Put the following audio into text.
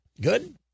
Good